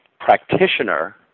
practitioner